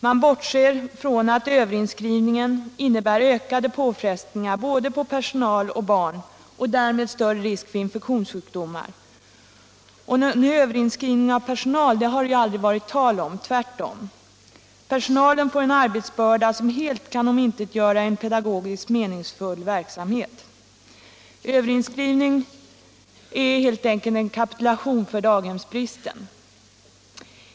Man bortser från att överinskrivningen innebär ökade påfrestningar på både personal och barn och därmed större risk för infektionssjukdomar. Överinskrivning av personal har det aldrig varit tal om — tvärtom. Personalen får en arbetsbörda som helt kan omintetgöra en pedagogiskt meningsfull verksamhet. Överinskrivning är helt enkelt en kapitulation för daghemsbristen.